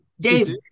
Dave